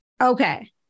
Okay